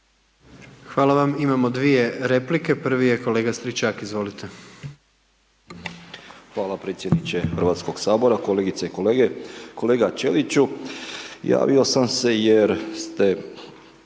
Hvala vam. Imamo dvije replike. Prvi je kolega Stričak, izvolite. **Stričak, Anđelko (HDZ)** Hvala predsjedniče Hrvatskoga sabora, kolegice i kolege. Kolega Ćeliću, javio sam se jer ste